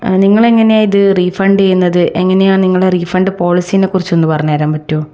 നിങ്ങളെങ്ങനെയാണ് ഇത് റീഫണ്ട് ചെയ്യുന്നത് എങ്ങനെയാണ് നിങ്ങളുടെ റീഫണ്ട് പോളിസിയെ കുറിച്ചൊന്നു പറഞ്ഞു താരാൻ പറ്റുമോ